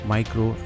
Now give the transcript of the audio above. Micro